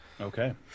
Okay